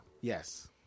Yes